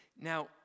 Now